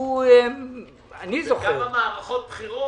וגם מערכות הבחירות